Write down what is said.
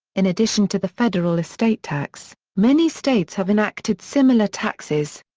in addition to the federal estate tax, many states have enacted similar taxes.